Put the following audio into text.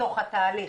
בתוך התהליך,